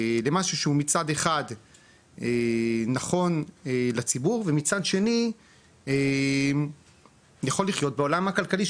למשהו שהוא מצד אחד נכון לציבור ומצד שני יכול לחיות בעולם הכלכלי,